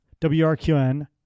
WRQN